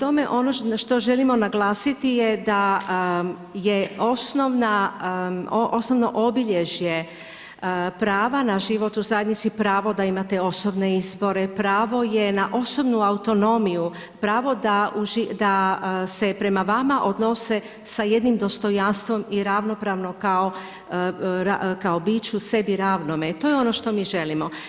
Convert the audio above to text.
Ono što želimo naglasiti je da je osnovno obilježje prava na život u zajednici pravo da imate osobne izbore, pravo je na osobnu autonomiju, pravo da se prema vama odnose sa jednim dostojanstvom i ravnopravno kao biću sebi ravnome, to je ono što mi želimo.